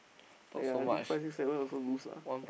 !aiya! I think five six seven also lose lah